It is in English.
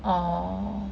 orh